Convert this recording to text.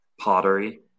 pottery